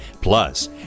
plus